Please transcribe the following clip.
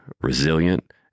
resilient